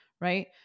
right